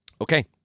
Okay